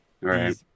right